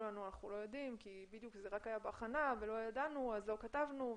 לנו שלא יודעים כי זה היה בהכנה ולכן לא ידענו ולא כתבנו,